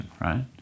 right